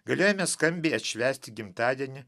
galėjome skambiai atšvęsti gimtadienį